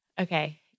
Okay